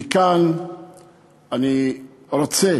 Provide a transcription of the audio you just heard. מכאן אני רוצה